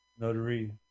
Notary